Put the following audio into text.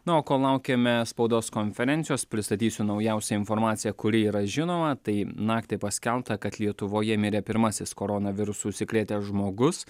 na o kol laukiame spaudos konferencijos pristatysiu naujausią informaciją kuri yra žinoma tai naktį paskelbta kad lietuvoje mirė pirmasis koronavirusu užsikrėtęs žmogus